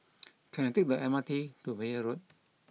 can I take the M R T to Meyer Road